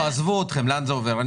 עזבו את השאלה לאן זה עובר.